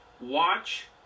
Watch